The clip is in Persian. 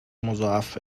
مضاعف